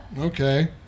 Okay